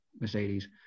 Mercedes